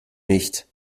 nicht